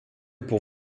pour